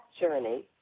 journey